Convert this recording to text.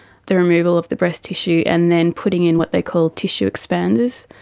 the removal of the breast tissue and then putting in what they call tissue expanders.